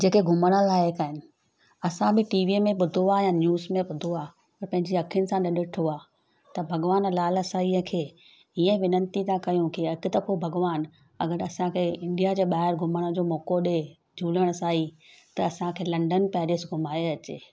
जेके घुमण लाइक़ आहिनि असां बि टी वीअ में ॿुधो आहे या न्यूज़ में ॿुधो आहे पर पंहिंजी अखियुनि सां न ॾिठो आहे त भॻवान लाल साईं खे इअ वेनंती था कयूं की हिकु दफ़ो भॻवान अगरि असांखे इंडिया जे ॿाहिरि घुमण जो मौक़ो ॾिए झूलण साईं त असां खे लंडन पैरिस घुमाए अचे